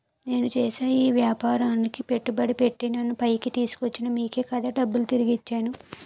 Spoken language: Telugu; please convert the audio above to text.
నేను చేసే ఈ వ్యాపారానికి పెట్టుబడి పెట్టి నన్ను పైకి తీసుకొచ్చిన మీకే కదా డబ్బులు తిరిగి ఇచ్చేను